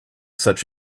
such